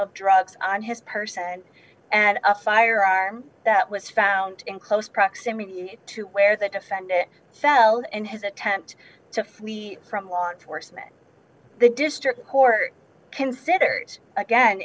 of drugs on his person and a firearm that was found in close proximity to where the defendant fell in his attempt to flee from law enforcement the district court considered again